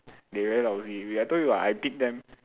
they very lousy eh wait I told you what I beat them